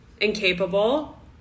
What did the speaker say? Incapable